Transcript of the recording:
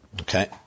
Okay